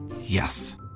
Yes